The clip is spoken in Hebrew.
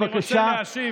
אני רוצה להשיב.